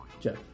Jeff